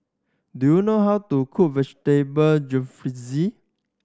do you know how to cook Vegetable Jalfrezi